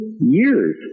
years